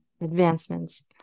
advancements